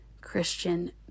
Christian